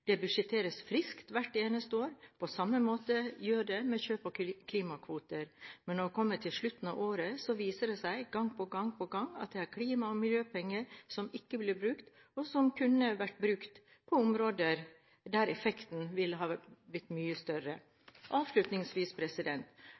Det budsjetteres friskt hvert eneste år – på samme måte som det gjøres med kjøp av klimakvoter – men når vi kommer til slutten av året, viser det seg gang på gang at det er klima- og miljøpenger som ikke blir brukt, og som kunne vært brukt på områder der effekten ville ha blitt mye større.